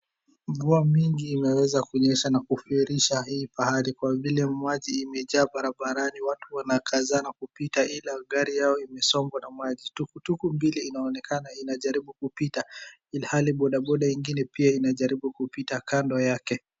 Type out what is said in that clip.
Mvua mingi imeweza kunyesha na kufurisha hii pahali kwa vile maji imejaa barabarani. Watu wanakazana kupita ila gari yao imesombwa na maji. Tuktuk mbili inaonekana inajaribu kupita ilihali bodaboda ingine pia inajaribu kupita kando yake.